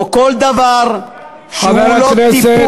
או כל דבר שהוא לא טיפול,